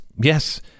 yes